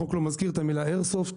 החוק לא מזכיר את המילה איירסופט.